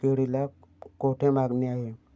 केळीला कोठे मागणी आहे?